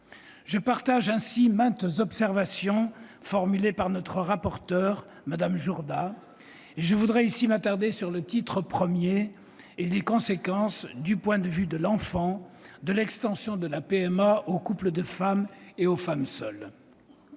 Je partage maintes observations formulées par Mme Muriel Jourda, et je voudrais ici m'attarder sur le titre I et sur les conséquences, du point de vue de l'enfant, de l'extension de la PMA aux couples de femmes et aux femmes seules.